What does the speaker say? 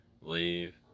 Leave